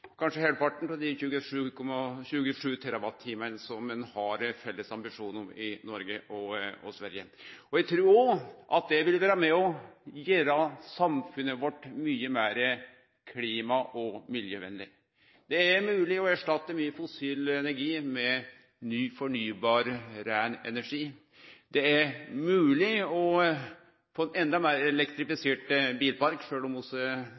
kanskje halvparten av dei 27 TWh som ein har felles ambisjon om i Noreg og Sverige. Eg trur òg det vil vere med å gjere samfunnet vårt mykje meir klima- og miljøvennleg. Det er mogleg å erstatte mykje fossil energi med ny fornybar, rein energi. Det er mogleg å få ein enda meir